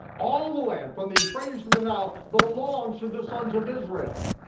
all the land from the euphrates to the nile belongs to the sons of israel.